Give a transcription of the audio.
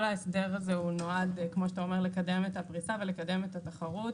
כל ההסדר הזה נועד לקדם את הפריסה ולקדם את התחרות,